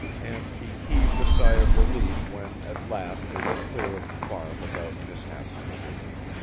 and she heaved a sigh of relief when at last they were clear of the farm without mishap to the baby.